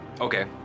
Okay